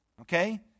Okay